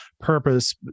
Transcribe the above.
purpose